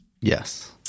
Yes